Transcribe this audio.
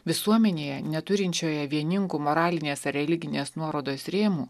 visuomenėje neturinčioje vieningų moralinės ar religinės nuorodos rėmų